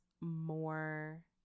more